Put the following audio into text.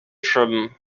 from